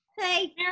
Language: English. hey